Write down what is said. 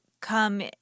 come